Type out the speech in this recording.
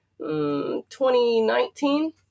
2019